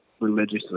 religiously